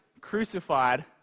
crucified